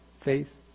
faith